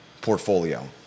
portfolio